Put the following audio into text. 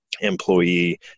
employee